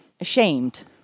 ashamed